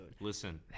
Listen